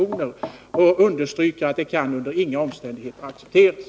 Man måste understryka att våldet under inga omständigheter kan accepteras.